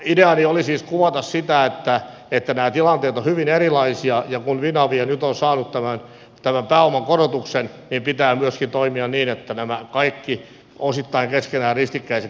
ideani oli siis kuvata sitä että nämä tilanteet ovat hyvin erilaisia ja kun finavia nyt on saanut tämän pääoman korotuksen niin pitää myöskin toimia niin että nämä kaikki osittain keskenään ristikkäiset intressit huomioidaan